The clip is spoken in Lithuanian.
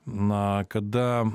na kada